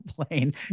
plane